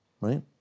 right